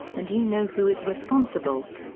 and you know who is responsible.